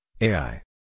AI